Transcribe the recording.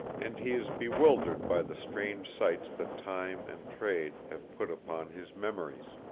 and he is bewildered by the strange sights that time and trade have put upon his memories.